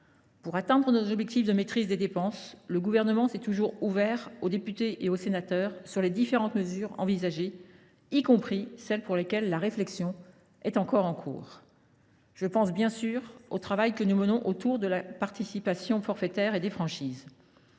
Pour atteindre ses objectifs en matière de maîtrise des dépenses, le Gouvernement s’est toujours ouvert aux députés et aux sénateurs sur les différentes mesures qu’il envisageait, y compris celles au sujet desquelles la réflexion est toujours en cours. Je pense bien entendu au travail que nous menons autour de la question de la participation forfaitaire et des franchises.